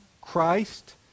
Christ